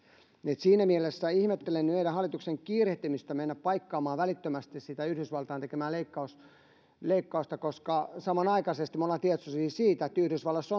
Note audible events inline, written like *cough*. siinä mielessä ihmettelen meidän hallituksen kiirehtimistä mennä paikkaamaan välittömästi sitä yhdysvaltain tekemää leikkausta leikkausta koska samanaikaisesti me olemme tietoisia siitä että yhdysvalloissa *unintelligible*